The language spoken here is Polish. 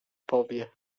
powie